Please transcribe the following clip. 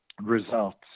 results